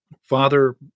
Father